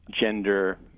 gender